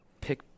pick